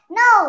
no